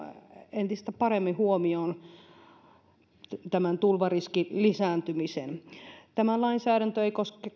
entistä paremmin huomioon tulvariskin lisääntymisen tämä lainsäädäntö ei koske